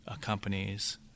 companies